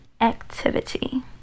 activity